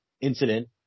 incident